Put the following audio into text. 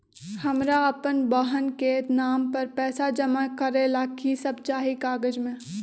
हमरा अपन बहन के नाम पर पैसा जमा करे ला कि सब चाहि कागज मे?